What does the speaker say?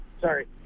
sorry